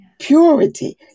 purity